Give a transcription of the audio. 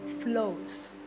flows